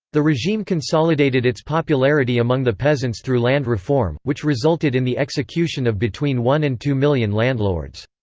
the regime consolidated its popularity among the peasants through land reform, which resulted in the execution of between one and two million landlords.